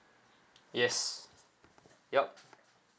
yes yup